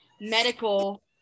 medical